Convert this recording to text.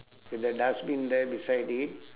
in the dustbin there beside it